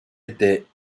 était